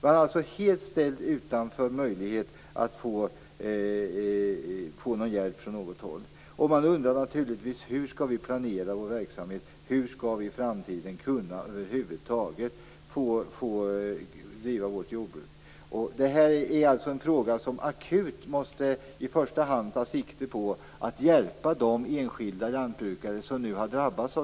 Man är helt ställd utanför möjligheten att få hjälp från något håll. Man undrar då naturligtvis hur verksamheten skall planeras. Hur skall jordbruket över huvud taget drivas i framtiden? Detta är en fråga som akut behöver ta sikte på att hjälpa de enskilda lantbrukare som har drabbats.